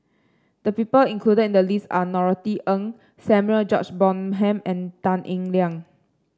the people included in the list are Norothy Ng Samuel George Bonham and Tan Eng Liang